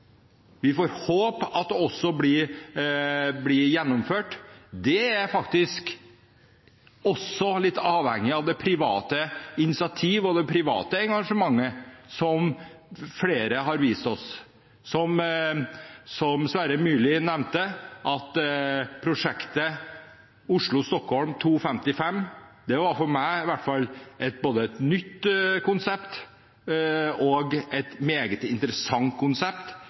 Vi får håpe at det også blir gjennomført. Det er faktisk også litt avhengig av det private initiativet og det private engasjementet som flere har vist oss – Prosjektet Oslo–Stockholm 2:55, som Sverre Myrli nevnte, var for meg i hvert fall både et nytt og et meget interessant konsept,